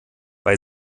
bei